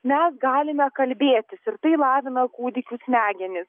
mes galime kalbėtis ir tai lavina kūdikių smegenis